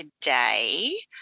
today